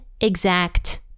exact